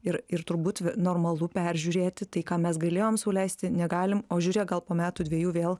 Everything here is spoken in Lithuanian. ir ir turbūt normalu peržiūrėti tai ką mes galėjom sau leisti negalim o žiūrėk gal po metų dviejų vėl